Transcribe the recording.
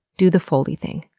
do the foldy thing.